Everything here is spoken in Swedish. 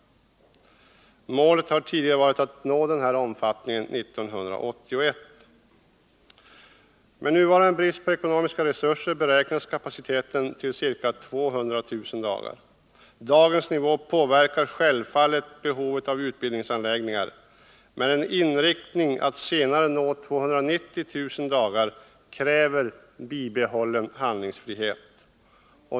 Målet har tidigare varit att nå denna omfattning 1981. Med nuvarande brist på ekonomiska resurser beräknas kapaciteten till ca 200 000 dagar. Dagens nivå påverkar självfallet behovet av utbildningsanläggningar, men en inriktning att senare nå 290 000 dagar kräver bibehållen handlingsfrihet.